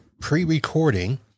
pre-recording